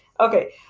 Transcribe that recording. Okay